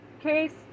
case